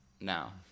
now